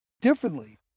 differently